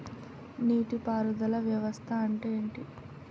నీటి పారుదల వ్యవస్థ అంటే ఏంటి?